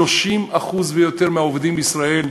30% ויותר מהעובדים בישראל,